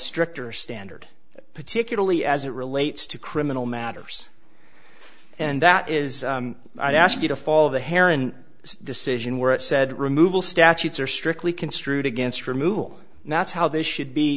stricter standard particularly as it relates to criminal matters and that is i ask you to fall of the herren decision where it said removal statutes are strictly construed against removal and that's how this should be